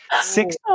six